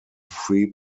free